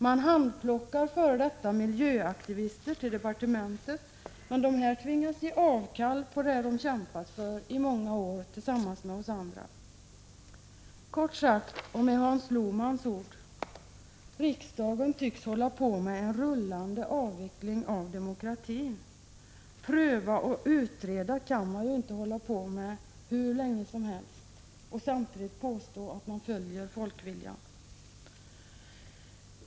De handplockar f.d. miljöaktivister till departementet, men dessa tvingas ge avkall på det som de har kämpat för i många år tillsammans med oss andra. Kort sagt, med Hans Lohmans ord: Riksdagen tycks hålla på med en rullande avveckling av demokratin. Att pröva och utreda kan man inte hålla på med hur länge som helst och samtidigt påstå att man följer folkviljan.